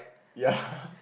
ya